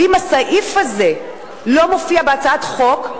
ואם הסעיף הזה לא מופיע בהצעת חוק,